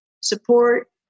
support